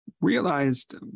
realized